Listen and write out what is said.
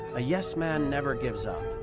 a yes man never gives up.